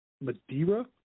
Madeira